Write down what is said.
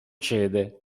cede